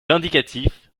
vindicatif